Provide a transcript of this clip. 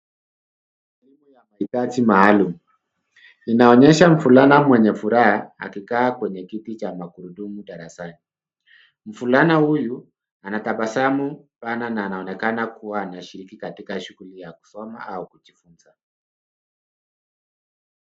Elimu ya mahitaji maalum, inaonyesha mvulana mwenye furaha, akikaa kwenye kitu cha magurudumu darasani. Mvulana huyu anatabasamu sana na anaonekana kuwa anashiriki katika shughuli ya kusoma au kujifunza.